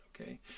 Okay